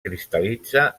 cristal·litza